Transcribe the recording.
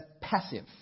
passive